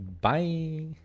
Bye